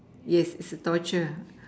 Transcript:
yes is a torture